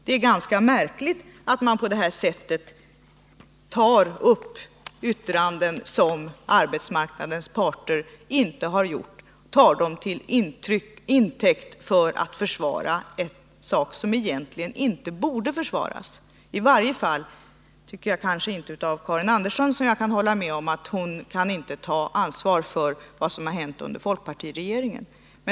Det är ganska märkligt att på detta sätt ta yttranden, som arbetsmarknadens parter inte har gjort, till intäkt för att försvara en sak som egentligen inte borde försvaras — i varje fall kanske inte av Karin Andersson, som jag kan hålla med om inte kan ta ansvar för vad som hände under folkpartiregeringen.